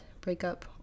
breakup